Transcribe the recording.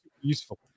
useful